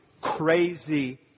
crazy